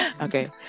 Okay